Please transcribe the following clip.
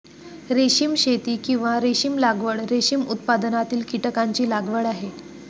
रेशीम शेती, किंवा रेशीम लागवड, रेशीम उत्पादनातील कीटकांची लागवड आहे